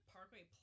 Parkway